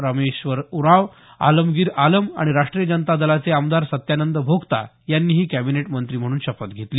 रामेश्वर उरांव आलमगीर आलम आणि राष्ट्रीय जनता दलाचे आमदार सत्यानंद भोक्ता यांनीही कॅबिनेट मंत्री म्हणून शपथ घंतली